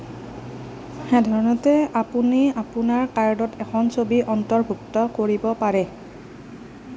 সাধাৰণতে আপুনি আপোনাৰ কাৰ্ডত এখন ছবি অন্তৰ্ভুক্ত কৰিব পাৰে